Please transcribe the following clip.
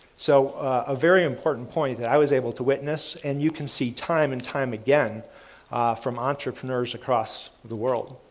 so, a very important point that i was able to witness and you can see time and time again from entrepreneurs across the world.